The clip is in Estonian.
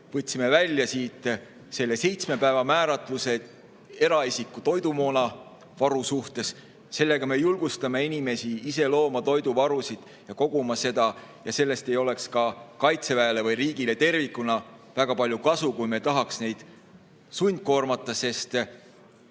võtsime välja siit selle seitsme päeva määratluse eraisiku toidumoona varu suhtes. Sellega me julgustame inimesi ise looma toiduvarusid ja seda koguma. Sellest ei oleks ka Kaitseväele või riigile tervikuna väga palju kasu, kui me tahaks neid sundkoormata, sest